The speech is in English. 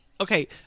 Okay